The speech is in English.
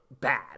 bad